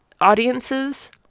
audiences